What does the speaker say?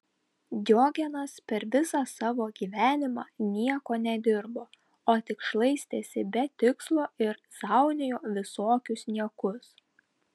diogenas per visą savo gyvenimą nieko nedirbo o tik šlaistėsi be tikslo ir zaunijo visokius niekus